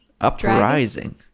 Uprising